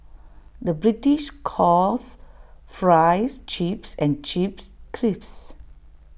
the British calls Fries Chips and Chips Crisps